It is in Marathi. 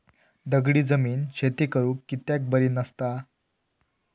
दगडी जमीन शेती करुक कित्याक बरी नसता?